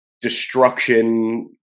destruction